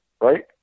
right